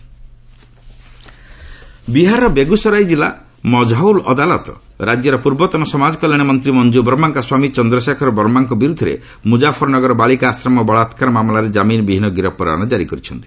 Bihar NBW ବିହାରର ବେଗୁସରାଇ ଜିଲ୍ଲା ମଜ୍ହଉଲ ଅଦାଲତ ରାଜ୍ୟର ପୂର୍ବତନ ସମାଜକଲ୍ୟାଣ ମନ୍ତ୍ରୀ ମଞ୍ଜୁ ବର୍ମାଙ୍କ ସ୍ୱାମୀ ଚନ୍ଦ୍ରଶେଖର ବର୍ମାଙ୍କ ବିରୁଦ୍ଧରେ ମୁଜାଫରନଗର ବାଳିକା ଆଶ୍ରମ ବଳାକାର ମାମଲାରେ ଜାମିନ ବିହୀନ ଗିରଫ ପରୱାନା ଜାରି କରିଛନ୍ତି